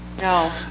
No